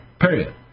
period